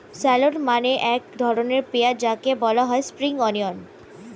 shallot মানে এক ধরনের পেঁয়াজ যাকে বলা হয় স্প্রিং অনিয়ন